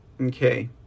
Okay